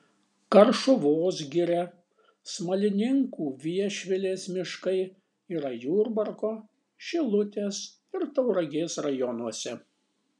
karšuvos giria smalininkų viešvilės miškai yra jurbarko šilutės ir tauragės rajonuose